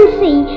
see